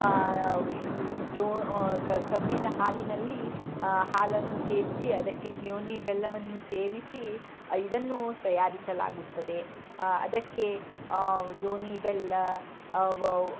ಈ ಜೋ ಕ ಕಬ್ಬಿನ ಹಾಲಿನಲ್ಲಿ ಹಾಲನ್ನು ಸೇರಿಸಿ ಅದಕ್ಕೆ ಜೋನಿ ಬೆಲ್ಲವನ್ನು ಸೇರಿಸಿ ಇದನ್ನು ತಯಾರಿಸಲಾಗುತ್ತದೆ ಅದಕ್ಕೆ ಜೋನಿ ಬೆಲ್ಲ